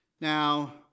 Now